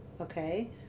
Okay